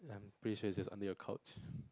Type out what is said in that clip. I'm pretty sure it's just under your couch